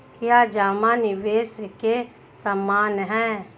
क्या जमा निवेश के समान है?